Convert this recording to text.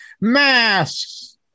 masks